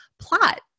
plot